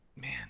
man